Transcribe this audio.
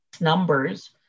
numbers